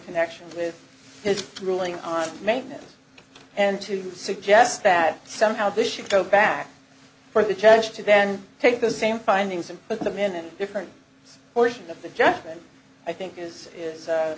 connection with his ruling on maintenance and to suggest that somehow this should go back for the judge to then take those same findings and put them in different portions of the judgement i think is is